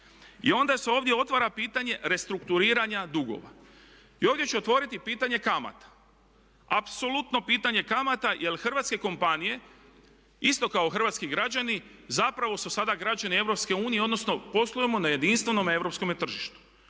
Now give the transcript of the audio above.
I onda se ovdje otvara pitanje restrukturiranja dugova. I ovdje ću otvoriti pitanje kamata. Apsolutno pitanje kamata jer hrvatske kompanije isto kao hrvatski građani zapravo su sada građani EU, odnosno poslujemo na jedinstvenome europskome tržištu.